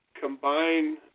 combine